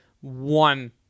one